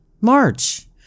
March